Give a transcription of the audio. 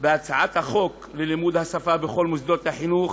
בהצעת החוק ללימוד השפה בכל מוסדות החינוך,